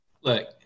Look